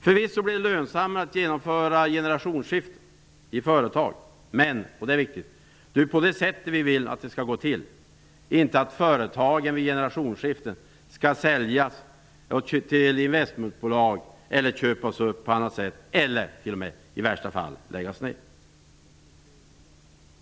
Förvisso blir det lönsammare att genomföra generationsskiften i företag. Det är ju så vi vill att det skall gå till, inte genom att företagen vid generationsskiften säljs till investmentbolag eller köps upp på annat sätt, eller att företagen i värsta fall läggs ned. Det är viktigt!